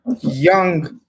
young